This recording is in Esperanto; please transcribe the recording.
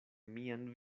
mian